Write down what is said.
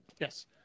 Yes